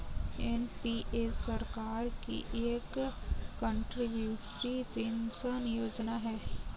NPS सरकार की एक कंट्रीब्यूटरी पेंशन योजना है